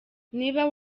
niba